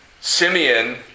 Simeon